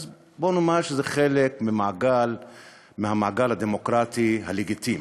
נאמר שזה חלק מהמעגל הדמוקרטי הלגיטימי.